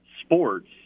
sports